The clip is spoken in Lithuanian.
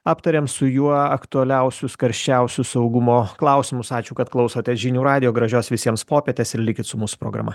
aptarėm su juo aktualiausius karščiausius saugumo klausimus ačiū kad klausotės žinių radijo gražios visiems popietės ir likit su mūsų programa